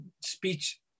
speech